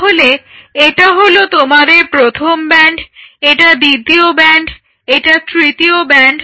তাহলে এটা হলো তোমাদের প্রথম ব্যান্ড এটা দ্বিতীয় ব্যান্ড এটা হলো তৃতীয় ব্যান্ড